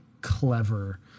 clever